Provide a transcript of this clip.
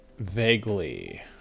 vaguely